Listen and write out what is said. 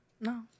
No